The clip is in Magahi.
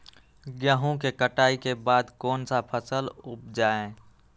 गेंहू के कटाई के बाद कौन सा फसल उप जाए?